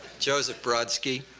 joseph brodsky.